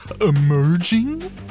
emerging